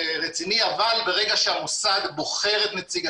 המועצה הארצית והמוסד זה ועדה פנימית.